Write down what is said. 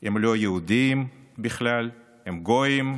הם לא יהודים בכלל, הם גויים,